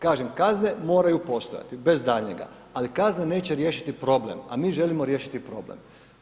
Kažem, kazne moraju postojati bez daljnjega ali kaznene neće riješiti problem a mi želimo riješiti problem.